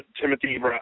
timothy